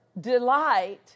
delight